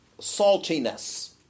saltiness